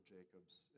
Jacob's